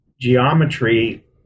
geometry